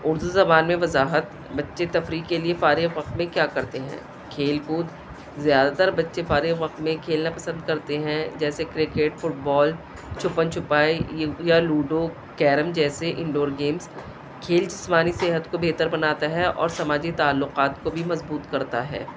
اردو زبان میں وضاحت بچے تفریح کے لیے فارغ وقت میں کیا کرتے ہیں کھیل کود زیادہ تر بچے فارغ وقت میں کھیلنا پسند کرتے ہیں جیسے کرکٹ فٹ بال چھپن چھپائی یا لوڈو کیرم جیسے انڈور گیمز کھیل جسمانی صحت کو بہتر بناتا ہے اور سماجی تعلقات کو بھی مضبوط کرتا ہے